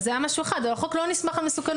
זה היה משהו אחד אבל החוק לא נסמך על מסוכנות.